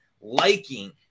liking